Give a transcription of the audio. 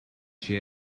she